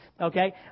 Okay